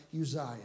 Uzziah